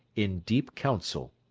in deep council,